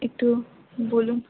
একটু বলুন